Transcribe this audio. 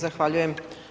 Zahvaljujem.